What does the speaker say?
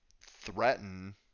threaten